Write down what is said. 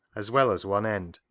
as well as one end,